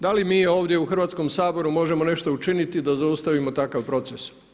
Da li mi ovdje u Hrvatskom saboru možemo nešto učiniti da zaustavimo takav proces?